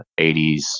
80s